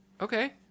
Okay